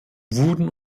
wurden